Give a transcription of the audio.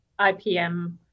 IPM